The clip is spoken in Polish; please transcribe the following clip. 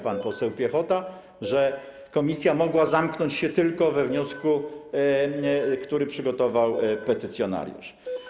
Pan poseł Piechota wyjaśniał, że komisja mogła zamknąć się tylko we wniosku, który przygotował petycjonariusz.